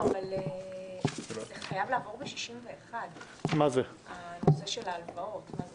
זה חייב לעבור ב-61, הנושא של ההלוואות.